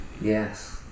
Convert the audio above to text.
Yes